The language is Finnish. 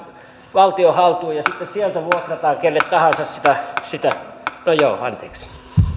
valtion haltuun ja sitten sieltä vuokrataan kenelle tahansa sitä sitä no joo anteeksi